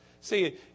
See